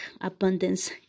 abundance